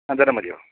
അഞ്ചെണ്ണം മതിയോ